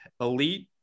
elite